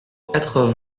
quatre